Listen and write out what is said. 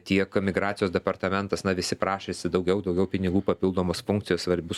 tiek migracijos departamentas na visi prašėsi daugiau daugiau pinigų papildomos funkcijos svarbius